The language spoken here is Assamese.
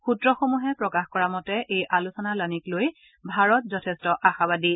সূত্ৰসমূহে প্ৰকাশ কৰা মতে এই আলোচনালানিক লৈ ভাৰত যথেষ্ট আশাবাদী